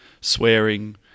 swearing